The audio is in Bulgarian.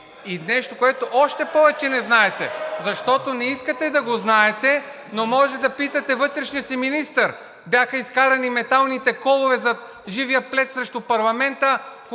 И нещо, което още повече не знаете, защото не искате да го знаете, но може да питате вътрешния си министър – бяха изкарани металните колове зад живия плет срещу парламента,